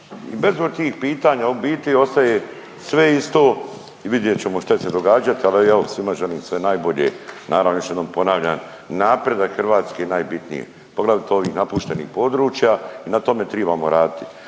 i bezbroj tih pitanja u biti ostaje sve isto i vidjet ćemo šta će se događat, ali evo svima želim sve najbolje. Naravno još jednom ponavljam, napredak Hrvatske je najbitniji poglavito ovih napuštenih područja i na tome tribamo raditi,